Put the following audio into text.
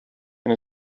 and